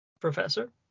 professor